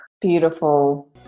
Beautiful